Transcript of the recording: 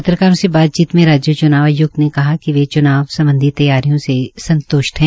पत्रकारों से बातचीत में राज्य च्नाव आय्क्त ने बताया कि वे च्नाव संबंधी तैयारियों से संत्ष्ट हैं